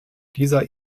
dieser